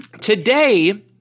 today